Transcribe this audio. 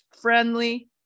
friendly